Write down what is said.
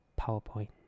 PowerPoint